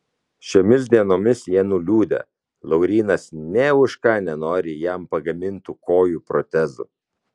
šiomis dienomis jie nuliūdę laurynas nė už ką nenori jam pagamintų kojų protezų